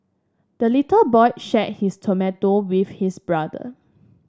the little boy shared his tomato with his brother